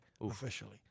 Officially